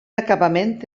acabament